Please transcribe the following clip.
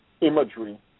imagery